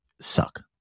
suck